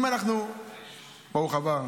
בג"ץ.